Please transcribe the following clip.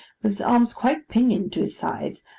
with his arms quite pinioned to his sides,